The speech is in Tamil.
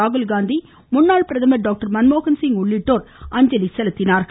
ராகுல்காந்தி முன்னாள் பிரதமர் டாக்டர் மன்மோகன்சிங் உள்ளிட்டோர் அஞ்சலி செலுத்தினார்கள்